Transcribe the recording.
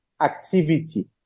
activity